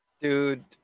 Dude